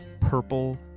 purple